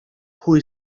pwy